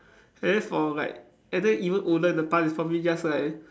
and then for like and then even older in the past is probably just like